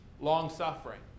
Long-suffering